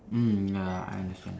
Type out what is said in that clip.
mm ya I understand